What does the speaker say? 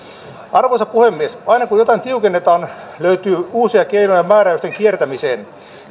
arvoisa puhemies aina kun jotain tiukennetaan löytyy uusia keinoja määräysten kiertämiseen